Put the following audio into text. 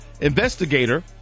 investigator